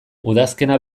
udazkena